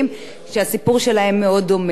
אנחנו פה נותנים להם את ההזדמנות השנייה